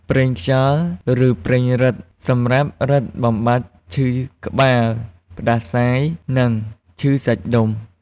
ប្រេងខ្យល់ ឬប្រេងរឹត សម្រាប់រឹតបំបាត់ឈឺក្បាល ផ្តាសាយ និងឈឺសាច់ដុំ។